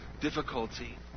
difficulty